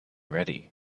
ready